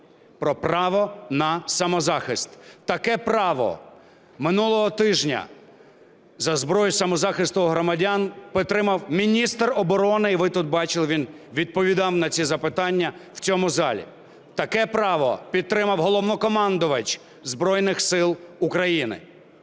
про право на самозахист. Таке право минулого тижня, за зброю самозахисту громадян, підтримав міністр оборони, і ви тут бачили, він відповідав на ці запитання в цьому залі. Таке право підтримав Головнокомандувач Збройних Сил України.